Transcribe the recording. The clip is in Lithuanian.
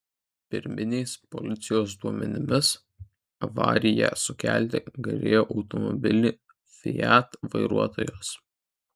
pirminiais policijos duomenimis avariją sukelti galėjo automobilio fiat vairuotojas